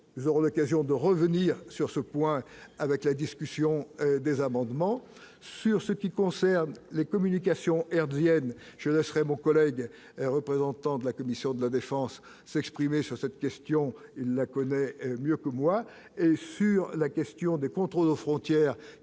nous aurons l'occasion de revenir sur ce point avec la discussion des amendements sur ce qui concerne les communications hertziennes je laisserai mon collègue, représentant de la commission de la défense s'exprimer sur cette question la connaît mieux que moi sur la question des contrôles aux frontières